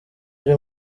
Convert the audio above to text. ari